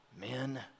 men